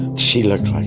she looked like